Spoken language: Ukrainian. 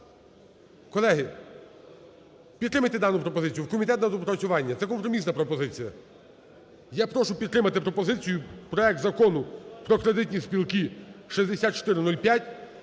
Колеги, підтримайте дану пропозицію: в комітет на доопрацювання – це компромісна пропозиція. Я прошу підтримати пропозицію проект Закону про кредитні спілки (6405)